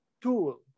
tool